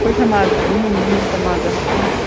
ꯑꯩꯈꯣꯏ ꯁꯃꯥꯁꯨ ꯆꯠꯅꯤꯡꯉꯝꯅꯤꯅꯦ ꯁꯃꯥꯁꯨ ꯍꯥꯞꯄꯤꯎ